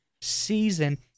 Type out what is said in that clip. season